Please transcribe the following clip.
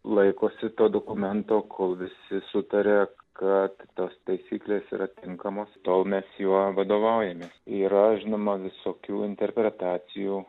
laikosi to dokumento kol visi sutaria kad tos taisyklės yra tinkamos tol mes juo vadovaujamės yra žinoma visokių interpretacijų